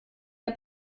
der